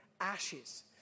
ashes